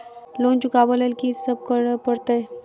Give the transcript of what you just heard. Loan चुका ब लैल की सब करऽ पड़तै?